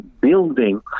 building